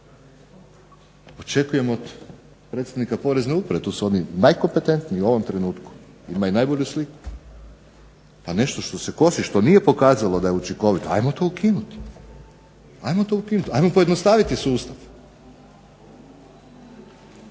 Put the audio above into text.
očekujem od predsjednika porezne uprave, tu su oni najkompetentniji u ovom trenutku, imaju najbolju sliku, a nešto što se kosi, što nije pokazalo da je učinkovito ajmo to ukinuti, ajmo to ukinuti, ajmo pojednostaviti sustav.